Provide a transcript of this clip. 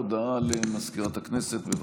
הודעה למזכירת הכנסת, בבקשה.